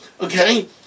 Okay